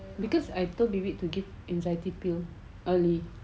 because I told bibik to give anxiety pill early